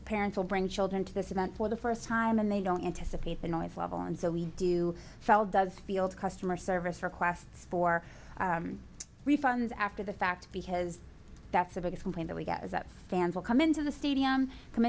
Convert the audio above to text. parents will bring children to this event for the first time and they don't anticipate the noise level and so we do fell does field customer service requests for refunds after the fact because that's the biggest complaint we get is that fans will come into the stadium come